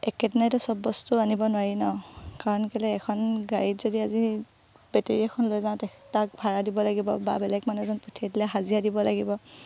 একেদিনাইতো চব বস্তু আনিব নোৱাৰি ন কাৰণ কেলৈ এখন গাড়ীত যদি আজি বেটেৰী এখন লৈ যাওঁ তাক ভাড়া দিব লাগিব বা বেলেগ মানুহ এজন পঠিয়াই দিলে হাজিৰা দিব লাগিব